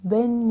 Ben